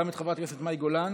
גם את חברת הכנסת מאי גולן.